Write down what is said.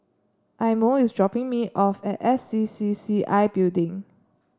Imo is dropping me off at S C C C I Building